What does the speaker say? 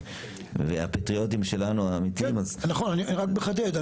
והפטריוטים שלנו האמיתיים זה גם נקודה.